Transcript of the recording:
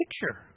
picture